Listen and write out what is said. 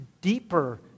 deeper